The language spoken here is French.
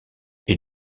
est